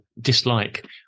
dislike